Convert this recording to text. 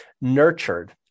nurtured